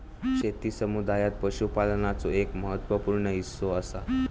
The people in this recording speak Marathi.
शेती समुदायात पशुपालनाचो एक महत्त्व पूर्ण हिस्सो असा